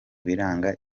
biranga